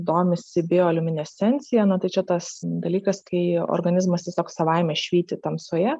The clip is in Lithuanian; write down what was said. domisi bioliuminescencija na tai čia tas dalykas kai organizmas tiesiog savaime švyti tamsoje